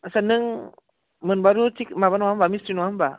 आस्सा नों मोनबारु माबा नङा होमब्ला मिस्ट्रि नङा होमब्ला